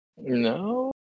No